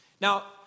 Now